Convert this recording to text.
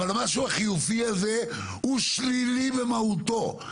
אבל הדבר הזה הוא שלילי במהותו.